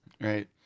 right